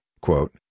quote